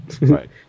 Right